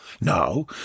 Now